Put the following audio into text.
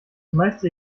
meiste